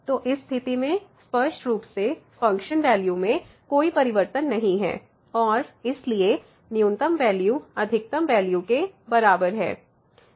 तो इस स्थिति में स्पष्ट रूप से फ़ंक्शन वैल्यू में कोई परिवर्तन नहीं है और इसलिए न्यूनतम वैल्यू अधिकतम वैल्यू के बराबर है